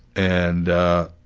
and ah,